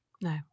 No